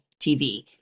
TV